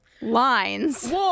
lines